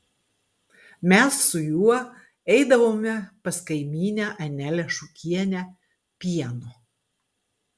mes su juo eidavome pas kaimynę anelę šukienę pieno